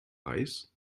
reis